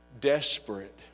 desperate